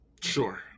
Sure